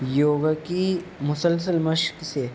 یوگا کی مسلسل مشق سے